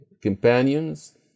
companions